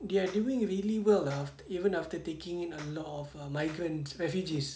they are really really well even after taking in a lot of ah american refugees